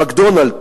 "מקדונלד'ס",